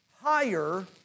higher